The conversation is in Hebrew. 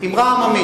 אמרה עממית.